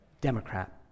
Democrat